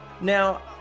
Now